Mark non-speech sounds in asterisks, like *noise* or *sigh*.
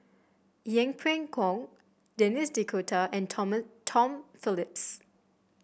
Yeng Pway Ngon Denis D'Cotta and *unintelligible* Tom Phillips